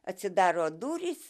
atsidaro durys